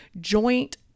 joint